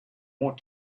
want